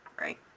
right